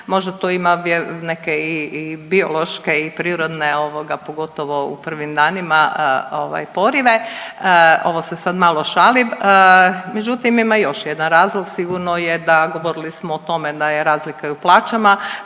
možda tu ima neke i biološke i prirodne ovoga pogotovo u prvim danima ovaj porive, ovo se sad malo šalim, međutim ima još jedan razlog, sigurno je da, govorili smo o tome da je razlika i u plaćama,